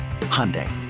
Hyundai